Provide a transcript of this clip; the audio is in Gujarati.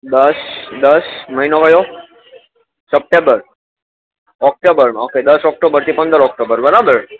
દસ દસ મહિનો કયો સપ્ટેમ્બર ઓક્ટોબરમાં ઓકે દસ ઓક્ટોબરથી પંદર ઓક્ટોબર બરાબર